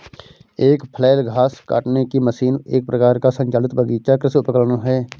एक फ्लैल घास काटने की मशीन एक प्रकार का संचालित बगीचा कृषि उपकरण है